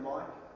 Mike